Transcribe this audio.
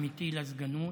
עמיתי לסגנות,